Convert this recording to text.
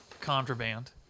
contraband